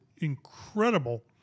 incredible –